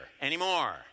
anymore